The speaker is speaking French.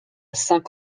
cinq